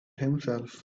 himself